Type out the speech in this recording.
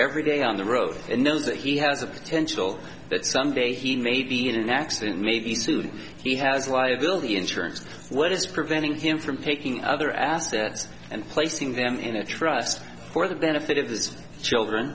every day on the road and knows that he has a potential that some day he may be in an accident may be sued he has liability insurance what is preventing him from taking other assets and placing them in a trust for the benefit of the children